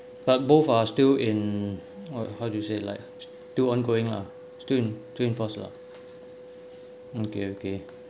but both are still in uh how do you say like two ongoing lah still in still enforce lah okay okay